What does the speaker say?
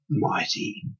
mighty